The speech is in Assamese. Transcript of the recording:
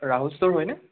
ৰাহুল ষ্ট'ৰ হয়নে